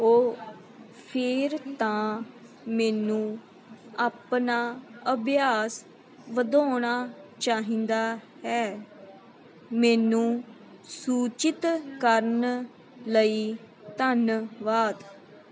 ਉਹ ਫਿਰ ਤਾਂ ਮੈਨੂੰ ਆਪਣਾ ਅਭਿਆਸ ਵਧਾਉਣਾ ਚਾਹੀਦਾ ਹੈ ਮੈਨੂੰ ਸੂਚਿਤ ਕਰਨ ਲਈ ਧੰਨਵਾਦ